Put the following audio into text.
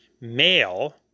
male